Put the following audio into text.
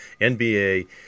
NBA